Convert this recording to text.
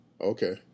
Okay